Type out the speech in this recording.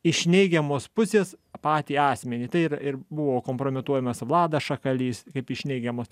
iš neigiamos pusės patį asmenį tai ir ir buvo kompromituojamas vladas šakalys kaip iš neigiamos